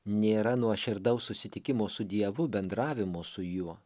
nėra nuoširdaus susitikimo su dievu bendravimo su juo